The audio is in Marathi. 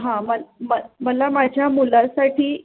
हां मल मल मला माझ्या मुलासाठी